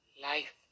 Life